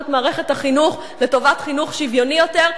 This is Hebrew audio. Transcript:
את מערכת החינוך לטובת חינוך שוויוני יותר.